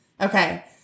Okay